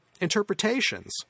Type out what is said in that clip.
interpretations